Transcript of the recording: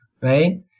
right